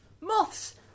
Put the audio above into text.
Moths